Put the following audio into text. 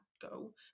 go